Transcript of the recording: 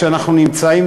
כשאנחנו גם נמצאים